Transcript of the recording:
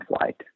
flight